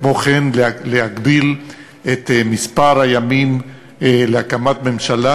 וכמו כן להגבלת מספר הימים להקמת ממשלה.